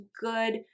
good